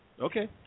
Okay